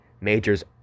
Major's